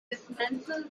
dismantled